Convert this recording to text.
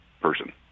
person